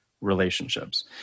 relationships